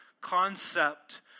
concept